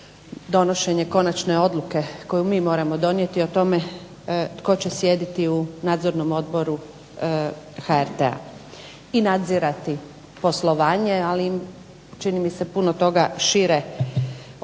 konačne odluke koju mi moramo donijeti o tome tko će sjediti u Nadzornom odboru HRT-a i nadzirati poslovanje. Ali čini mi se puno toga šire od